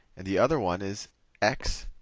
and the other one is x